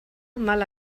mal